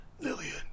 lillian